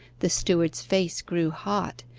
the steward's face grew hot,